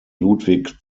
ludwig